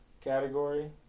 category